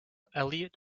elliott